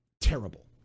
terrible